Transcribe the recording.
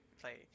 play